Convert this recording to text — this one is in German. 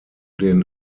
den